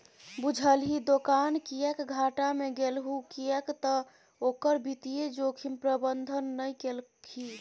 बुझलही दोकान किएक घाटा मे गेलहु किएक तए ओकर वित्तीय जोखिम प्रबंधन नहि केलही